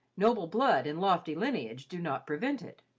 noble blood and lofty lineage do not prevent it.